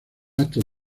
actos